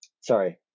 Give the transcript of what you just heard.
Sorry